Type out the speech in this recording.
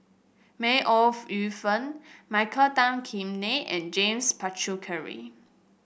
May Ooi Yu Fen Michael Tan Kim Nei and James Puthucheary